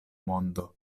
mondo